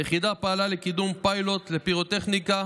היחידה פעלה לקידום פיילוט לפירוטכניקה